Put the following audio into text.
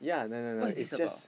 what is this about